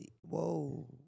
Whoa